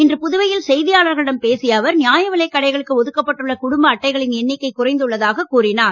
இன்று புதுவையில் செய்தியாளர்களிடம் பேசிய அவர் நியாயவிலைக் கடைகளுக்கு ஒதுக்கப்பட்டுள்ள குடும்ப அட்டைகளின் எண்ணிக்கை குறைந்துள்ளதாக கூறினார்